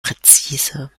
präzise